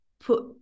put